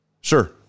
Sure